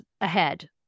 ahead